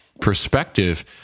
perspective